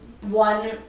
one